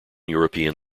european